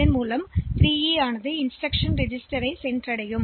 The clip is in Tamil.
எனவே 3E இன்ஸ்டிரக்ஷன் ரெஜிஸ்டர் வருகிறது